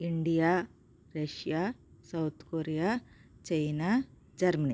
India Russia South Korea China Germany